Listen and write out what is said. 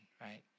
right